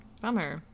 Bummer